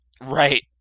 Right